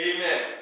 Amen